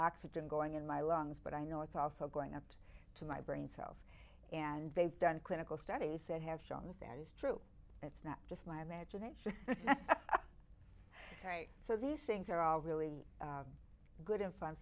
oxygen going in my lungs but i know it's also going up to my brain cells and they've done clinical studies that have shown that that is true it's not just my imagination so these things are all really good in f